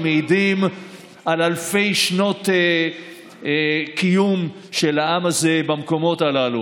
שמעידים על אלפי שנות קיום של העם הזה במקומות הללו.